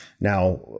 Now